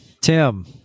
Tim